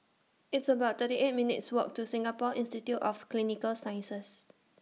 It's about thirty eight minutes' Walk to Singapore Institute of Clinical Sciences